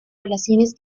relaciones